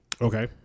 Okay